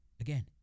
Again